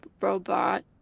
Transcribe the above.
robot